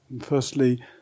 Firstly